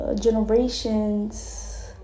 Generations